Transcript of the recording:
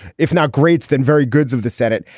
if not greater than very goods of the senate,